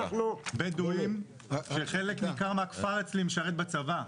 בדואים כשחלק ניכר מהכפר אצלי משרת בצבא.